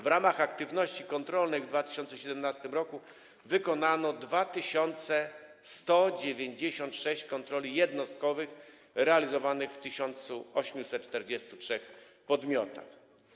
W ramach aktywności kontrolnych w 2017 r. wykonano 2196 kontroli jednostkowych realizowanych w 1843 podmiotach.